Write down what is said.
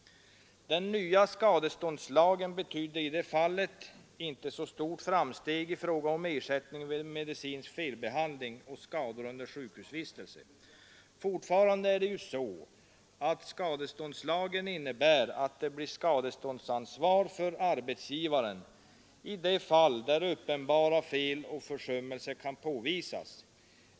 Den nya skadeståndslagen betydde i det fallet inte något stort framsteg i fråga om ersättning vid medicinsk felbehandling och skador under sjukhusvistelse. Fortfarande är det ju så att skadeståndslagen innebär att det blir skadeståndsansvar för arbetsgivaren i de fall där uppenbara fel och försummelser kan påvisas.